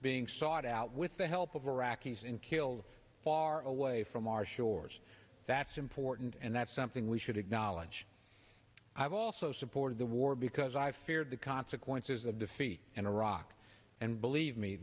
being sought out with the help of iraqis and killed our away from our shores that's important and that's something we should acknowledge i've also supported the war because i feared the consequences of defeat in iraq and believe me